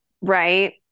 Right